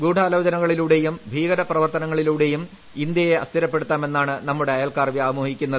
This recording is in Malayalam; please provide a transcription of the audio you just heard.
ഗൂഢാലോചനകളിലൂടെയും ഭീകര പ്രവർത്തനങ്ങളിലൂടെയും ഇന്ത്യയെ അസ്ഥിരപ്പെടുത്താമെന്നാണ് നമ്മുടെ അയൽക്കാർ വ്യാമോഹിക്കുന്നത്